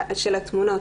ותוכלו לראות את התמונות.